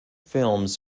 films